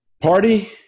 party